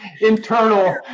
internal